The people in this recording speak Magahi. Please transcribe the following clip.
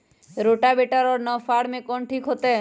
रोटावेटर और नौ फ़ार में कौन ठीक होतै?